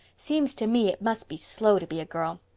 seems to me it must be slow to be a girl.